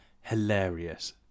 hilarious